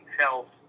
health